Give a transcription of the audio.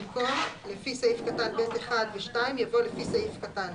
במקום "לפי סעיף קטן (ב)(1) ו-(2)" יבוא "לפי סעיף קטן